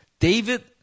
David